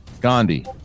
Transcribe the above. Gandhi